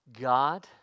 God